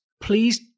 please